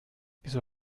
wieso